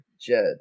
Jed